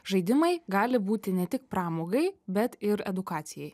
žaidimai gali būti ne tik pramogai bet ir edukacijai